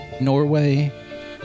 Norway